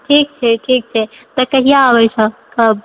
ठीक छै ठीक छै तऽ कहिया आबैछऽ कब